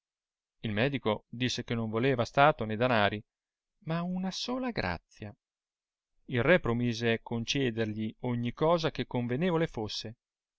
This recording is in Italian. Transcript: il medico disse che non voleva stato né danari ma una sola grazia il ke promise conciedergli ogni cosa che convenevole fosse